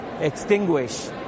extinguish